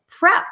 Prep